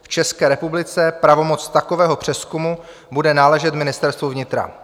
V České republice pravomoc takového přezkumu bude náležet Ministerstvu vnitra.